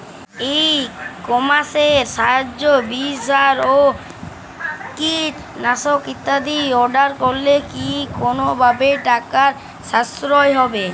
ই কমার্সের সাহায্যে বীজ সার ও কীটনাশক ইত্যাদি অর্ডার করলে কি কোনোভাবে টাকার সাশ্রয় হবে?